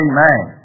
Amen